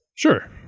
Sure